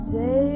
Say